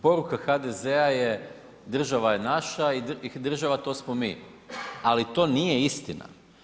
Poruka HDZ-a je država je naša i država to smo mi, ali to nije istina.